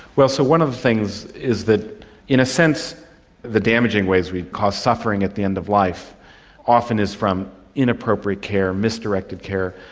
so one of the things is that in a sense the damaging ways we cause suffering at the end of life often is from inappropriate care, misdirected care,